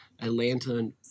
Atlanta